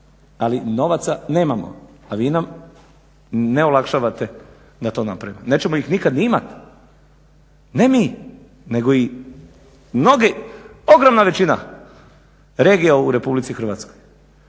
ali novaca nemamo, a vi nam ne olakšavate da to napravimo. Nećemo ih nikad ni imat, ne mi nego i mnogi, ogromna većina regija u Republici Hrvatskoj